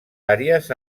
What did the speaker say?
àries